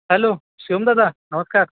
hello Shivam दादा नमस्कार